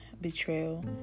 betrayal